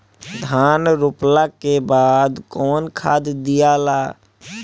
धान रोपला के बाद कौन खाद दियाला?